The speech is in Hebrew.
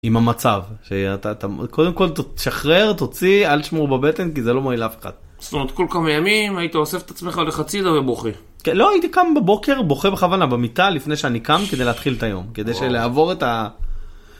עם המצב שאתה קודם כל תשחרר תוציא אל תשמור בבטן כי זה לא מועיל לאף אחד. זאת אומרת כל כמה ימים הייתי אוסף את עצמך, הולך הצידה ובוכה. לא הייתי קם בבוקר בוכה בכוונה במיטה לפני שאני קם כדי להתחיל את היום כדי שלעבור את ה…